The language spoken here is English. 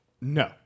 No